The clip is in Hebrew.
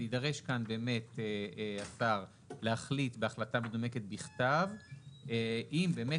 יידרש כאן השר להחליט בהחלטה מנומקת בכתב אם באמת